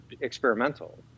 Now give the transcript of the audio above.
experimental